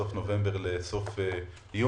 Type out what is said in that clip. מסוף נובמבר לסוף יוני,